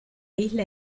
isla